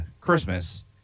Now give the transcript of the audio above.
Christmas